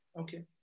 Okay